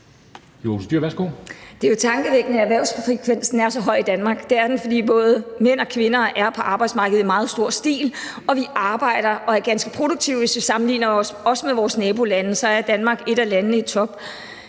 Det er jo tankevækkende, at erhvervsfrekvensen er så høj i Danmark. Det er den, fordi både mænd og kvinder er på arbejdsmarkedet i meget stor stil, og vi arbejder og er ganske produktive. Også hvis vi sammenligner os med vores nabolande, er Danmark et af landene i top.